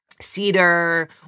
cedar